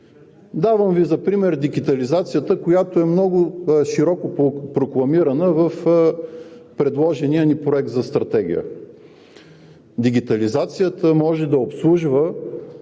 Давам Ви за пример дигитализацията, която е много широко прокламирана в предложения ни Проект за стратегия. Дигитализацията може да обслужва